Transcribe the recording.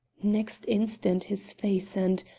next instant his face and,